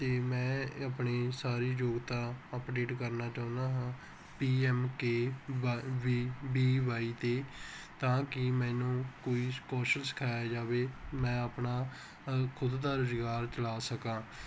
ਅਤੇ ਮੈਂ ਆਪਣੇ ਸਾਰੇ ਯੋਗਤਾ ਅਪਡੇਟ ਕਰਨਾ ਚਾਹੁੰਦਾ ਹਾਂ PMK V V B Y 'ਤੇ ਤਾਂ ਕਿ ਮੈਨੂੰ ਕੋਈ ਕੌਸ਼ਲ ਸਿਖਾਇਆ ਜਾਵੇ ਮੈਂ ਆਪਣਾ ਖੁਦ ਦਾ ਰੁਜ਼ਗਾਰ ਚਲਾ ਸਕਾਂ